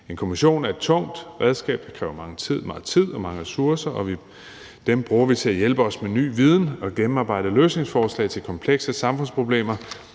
En kommission er et tungt redskab; det kræver meget tid og mange ressourcer, og dem bruger vi til at hjælpe os med ny viden og gennemarbejdede løsningsforslag til komplekse samfundsproblemer.